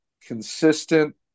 consistent